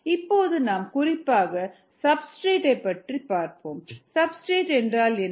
இப்போது நாம் குறிப்பாக சப்ஸ்டிரேட்டை பற்றி பார்ப்போம் சப்ஸ்டிரேட் என்றால் என்ன